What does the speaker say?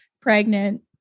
pregnant